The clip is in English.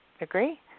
agree